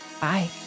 Bye